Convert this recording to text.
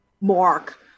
mark